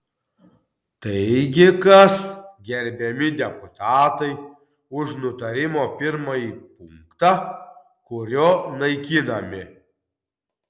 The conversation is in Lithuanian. taigi kas gerbiami deputatai už nutarimo pirmąjį punktą kuriuo naikinami